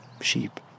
sheep